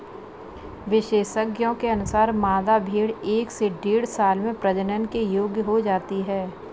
विशेषज्ञों के अनुसार, मादा भेंड़ एक से डेढ़ साल में प्रजनन के योग्य हो जाती है